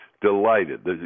delighted